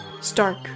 stark